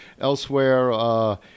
Elsewhere